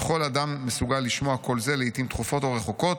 וכל אדם מסוגל לשמוע קול זה לעיתים תכופות או רחוקות,